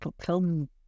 film